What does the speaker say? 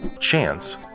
chance